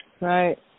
Right